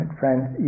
friends